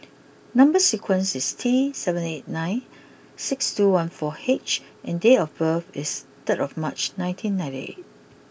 number sequence is T seven eight nine six two one four H and date of birth is third of March nineteen ninety eight